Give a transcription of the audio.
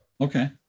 Okay